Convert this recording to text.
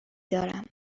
دارم